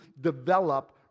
develop